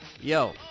Yo